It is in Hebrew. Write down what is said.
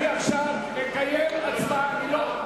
לסעיף 78(2)